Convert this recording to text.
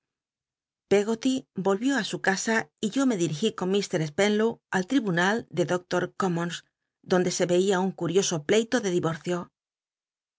pcggoty rolr ió ü su casa y yo me dil'igi con mr spenlow al tribunal de dolo commons donde se yeia un curioso pleito de dirorcio